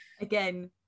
again